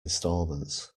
instalments